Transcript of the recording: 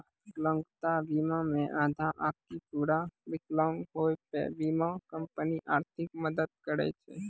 विकलांगता बीमा मे आधा आकि पूरा विकलांग होय पे बीमा कंपनी आर्थिक मदद करै छै